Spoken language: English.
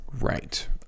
Right